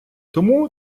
тому